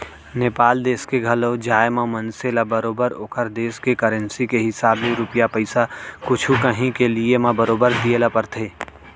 नेपाल देस के घलौ जाए म मनसे ल बरोबर ओकर देस के करेंसी के हिसाब ले रूपिया पइसा कुछु कॉंही के लिये म बरोबर दिये ल परथे